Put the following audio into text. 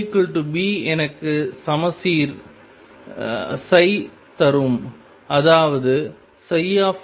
AB எனக்கு சமச்சீர் தரும் அதாவது xψ